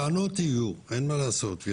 טענות תמיד יהיו, אין מה לעשות.